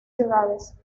ciudades